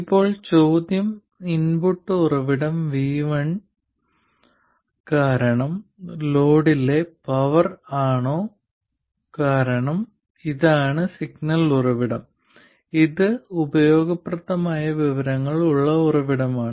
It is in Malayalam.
ഇപ്പോൾ ചോദ്യം ഇൻപുട്ട് ഉറവിടം vi കാരണം ലോഡിലെ പവർ ആണോ കാരണം ഇതാണ് സിഗ്നൽ ഉറവിടം ഇത് ഉപയോഗപ്രദമായ വിവരങ്ങൾ ഉള്ള ഉറവിടമാണ്